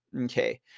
Okay